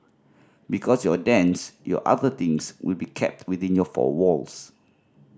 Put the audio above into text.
because your dance your other things will be kept within your four walls